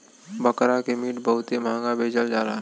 बकरा के मीट बहुते महंगा बेचल जाला